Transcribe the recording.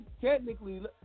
technically